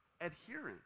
adherence